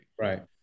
Right